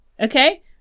okay